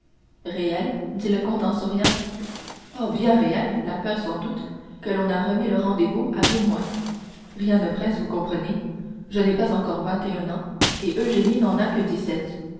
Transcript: réelles dit le comte en souriant oh bien réelles la peur sans doute que l'on a remis le rendez-vous à deux mois rien ne presse vous comprenez je n'ai pas encore vingt et un ans et eugénie n'en a que dix-sept